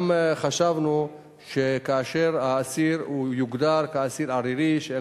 גם חשבנו שכאשר האסיר יוגדר כאסיר ערירי שאין